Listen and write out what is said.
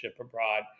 abroad